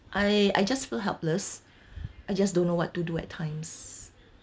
I I just feel helpless I just don't know what to do at times